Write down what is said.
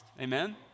Amen